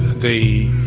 the